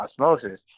osmosis